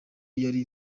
yari